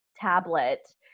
tablet